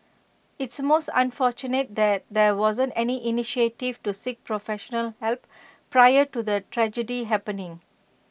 it's most unfortunate that there wasn't any initiative to seek professional help prior to the tragedy happening